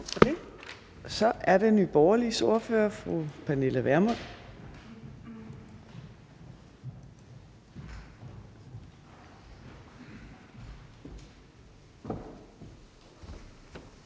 Så er det Nye Borgerliges ordfører, fru Pernille Vermund.